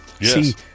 yes